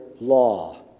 law